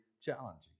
challenging